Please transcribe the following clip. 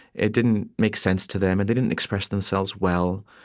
it didn't make sense to them. and they didn't express themselves well.